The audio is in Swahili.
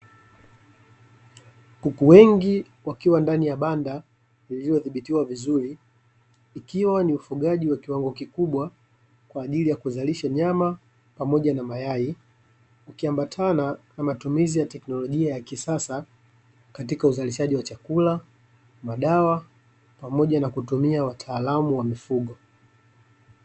Kuku wengi wakiwa ndani ya banda lililodhibitiwa vizuri ikiwa ni ufugaji wa kiwango kikubwa kwa ajili ya kuzalisha nyama pamoja na mayai, ukiambatana na matumizi ya teknolojia ya kisasa katika uzalishaji wa chakula, madawa pamoja na kutumia wataalamu wa mifugo.